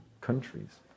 countries